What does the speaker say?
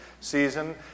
season